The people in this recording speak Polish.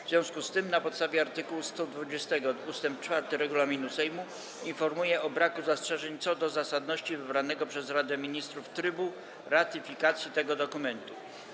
W związku z tym, na podstawie art. 120 ust. 4 regulaminu Sejmu, informuję o braku zastrzeżeń co do zasadności wybranego przez Radę Ministrów trybu ratyfikacji tego dokumentu.